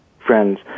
Friends